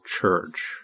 Church